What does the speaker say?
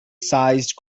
sized